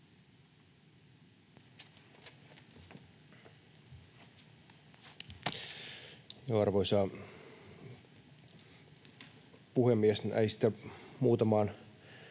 Arvoisa puhemies! Näistä muutamaan